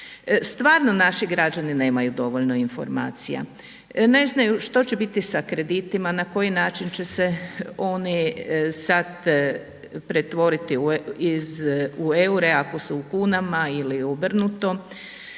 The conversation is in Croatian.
Stvarno naši građani nemaju dovoljno informacija, ne znaju što će biti sa kreditima, na koji način će se oni sad pretvoriti u eure ako su u kunama ili obrnuto,